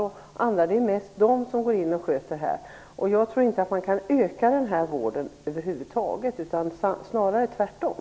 Det är mest kvinnor som sköter detta. Jag tror inte att man kan öka omfattningen av den här typen av vård över huvud taget, utan snarare tvärtom.